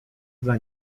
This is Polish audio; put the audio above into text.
dla